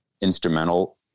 instrumental